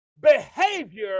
behavior